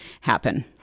happen